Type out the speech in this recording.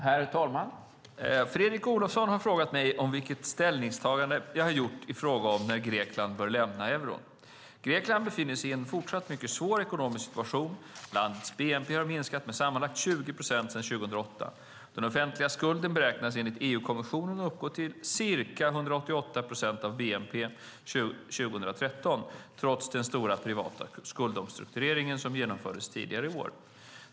Herr talman! Fredrik Olovsson har frågat mig vilket ställningstagande jag har gjort i fråga om när Grekland bör lämna euron. Grekland befinner sig i en fortsatt mycket svår ekonomisk situation. Landets bnp har minskat med sammanlagt 20 procent sedan 2008. Den offentliga skulden beräknas enligt EU-kommissionen uppgå till ca 188 procent av bnp 2013, trots den stora privata skuldomstrukturering som genomfördes tidigare i år.